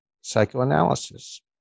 Psychoanalysis